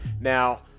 Now